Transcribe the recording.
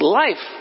life